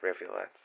rivulets